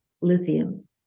Lithium